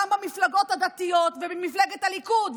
גם במפלגות הדתיות ובמפלגת הליכוד,